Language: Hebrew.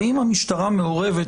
האם המשטרה מעורבת,